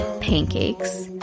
pancakes